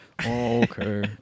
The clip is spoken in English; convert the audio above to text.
Okay